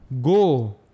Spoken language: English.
go